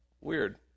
weird